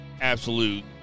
absolute